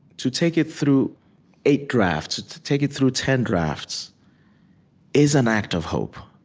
to take it through eight drafts, to take it through ten drafts is an act of hope,